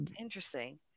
Interesting